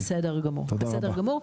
בסדר גמור.